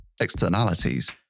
externalities